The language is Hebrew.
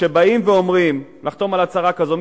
כשבאים ואומרים לחתום על הצהרה כזו,